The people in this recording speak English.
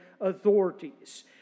authorities